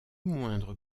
moindre